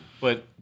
But-